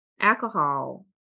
alcohol